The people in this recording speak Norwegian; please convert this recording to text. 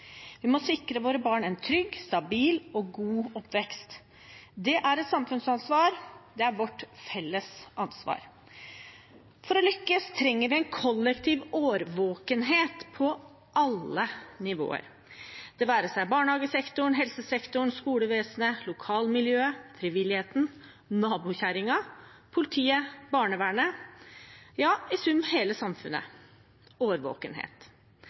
Vi må sikre våre barn en trygg, stabil og god oppvekst. Det er et samfunnsansvar. Det er vårt felles ansvar. For å lykkes trenger vi en kollektiv årvåkenhet på alle nivåer – det være seg barnehagesektoren, helsesektoren, skolevesenet, lokalmiljøet, frivilligheten, nabokjerringa, politiet, barnevernet, ja, i sum hele samfunnet